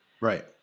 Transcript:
Right